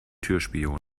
türspion